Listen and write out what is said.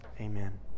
Amen